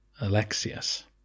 Alexius